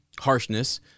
harshness